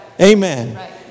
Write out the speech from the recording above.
Amen